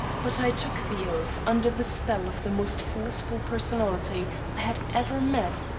but i took the oath under the spell of the most forceful personality i had ever met,